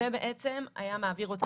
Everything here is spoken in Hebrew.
והיה מעביר אותה למד"א.